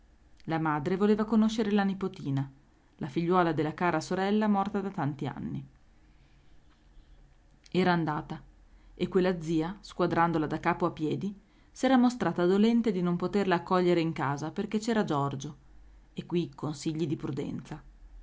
la madre voleva conoscere la nipotina la figliuola della cara sorella morta da tanti anni era andata e quella zia squadrandola da capo a piedi s'era mostrata dolente di non poterla accogliere in casa perché c'era giorgio e qui consigli di prudenza